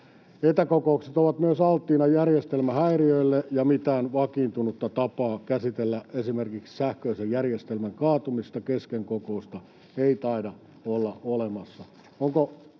Etäkokoukset ovat myös alttiina järjestelmähäiriöille, ja mitään vakiintunutta tapaa käsitellä esimerkiksi sähköisen järjestelmän kaatumista kesken kokouksen ei taida olla olemassa.